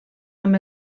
amb